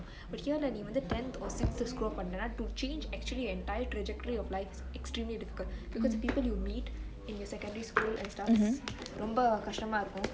but here ல நீ வந்து:le nee vanthu tenth or sixth screw up பன்னிட்டனா:pannitenaa to change actually entire trajectory of life is extremely difficult because the people you meet in your secondary school life and stuff ரொம்ப கஷ்ட்டமா இருக்கு:rombe kashtemaa irukku